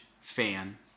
fan